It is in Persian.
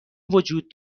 وجود